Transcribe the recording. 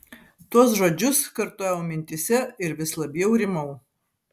tuos žodžius kartojau mintyse ir vis labiau rimau